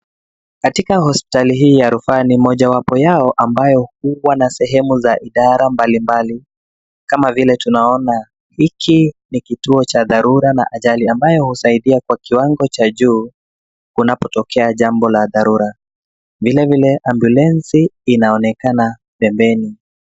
Katika hospitali hii ya rufaa, ni mojawapo yao ambayo huwa na sehemu za idara mbalimbali, kama vile tunaona hiki ni kituo cha dharura na ajali, ambayo husaidia kwa kiwango cha juu kunapo tokea jambo la dharura, vilevile ambulensi inaonekana pembeni.